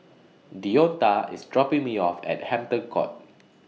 Deonta IS dropping Me off At Hampton Court